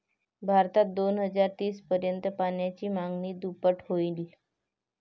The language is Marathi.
भारतात दोन हजार तीस पर्यंत पाण्याची मागणी दुप्पट होईल